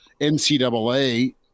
NCAA